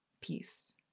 peace